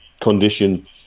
condition